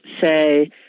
say